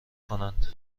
کنند